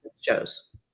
shows